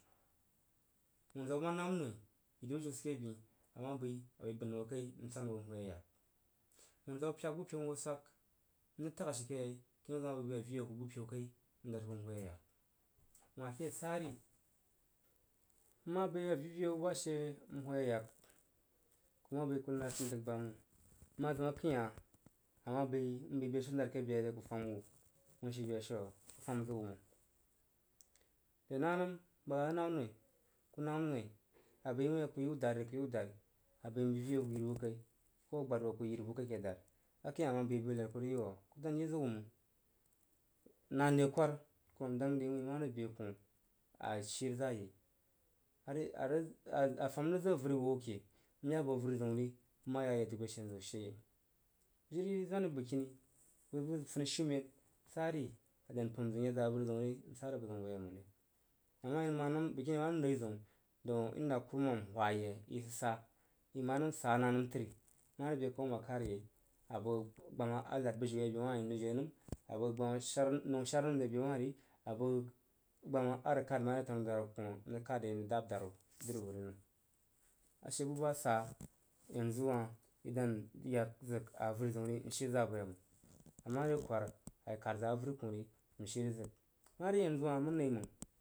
Wunza’a wuh ma nam noi bujiu sig ke byin, a ma bəi a səi bən hoo kai n swan hoo n ye yak. Wun zaja wu py. k bu peu n hoo swag n rig tag ashi yei a ma bəi bəi a bəi vii hoo kai n ye yak wah ke sari m ma bəi abəi vi’i hoo bu ba she n hoo ya yak. Ku ma bəi ku had n dəg sa yei məng. Mang a zim a kəin hah a ma bəi m bəi beshiu mar ke beelri a ku fum wuh u shi beshiu’a? Ku fum zig wuh məng. Re na nəm bəg anam noi abəi wui a ku yi wu dori asəi m bəi vi’i hoo ku yíri bu kai ko a gbad hoo ku yiví bu kai ake dad akəin hah a ma bəi a ku yiwu, kurig yí wuh’n? Nan ve kwar kurumam dang wuin mare be koh a shií rig za a yei ariʒ, ariʒ a fum rig zig avəri wuh a ke n ya bo averu zəun ri n ma yak a ye dəg beshe n zəu she yei jiri, zwani bəgkini bəg bu funishiumen sari a dan pəm zig n ya za avəri zəun ri n sa zig buzəun bo yei məng a ma i ma nəm dau bəgkini yi ma nəm riziun daan inda kurumam hwu ye isag sa. I nəm ma nəm sa na nəm təri mace be koh a mah kad yei abəg sbama a rig nad bujiu re bewah ri n rig jie nəm a bəg gbam shar nəu shar nəm, a bəg gbam a rig kad mare tanu daru koh n rig kad yei n rig dab daru dri wo ye nəm. A she bu ba a sa yanzu hah in dan ya zig a veri zəun ri n shi za bo ye məng ama re kwar akad zig avəri zəun ri n shi rig zig. Mare yanzu hah mən nəi məng.